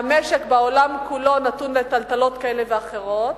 כשהמשק, והעולם כולו נתון לטלטלות כאלה ואחרות,